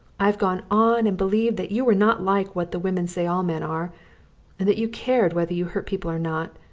i have gone on and believed that you were not like what the women say all men are, and that you cared whether you hurt people or not,